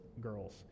girls